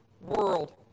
world